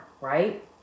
right